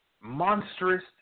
monstrous